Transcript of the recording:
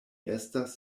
estas